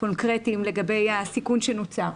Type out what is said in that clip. קונקרטיים לגבי הסיכון שנוצר.